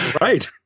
right